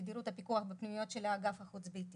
תדירות הפיקוח בפנימיות של האגף החוץ-ביתי.